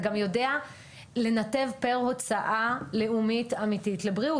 וגם יודע לנתב פר הוצאה לאומית אמיתית לבריאות.